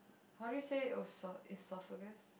how do you say eso~ esophagus